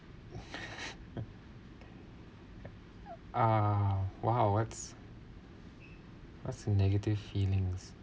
ah !wow! what's what's a negative feelings